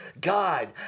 God